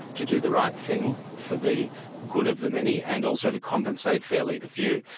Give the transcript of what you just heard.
to do the right thing for the good of the many, and also to compensate fairly the few.